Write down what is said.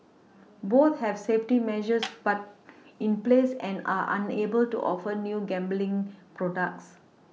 both have safety measures put in place and are unable to offer new gambling products